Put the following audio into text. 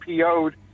PO'd